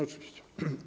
Oczywiście.